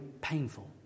painful